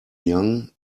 young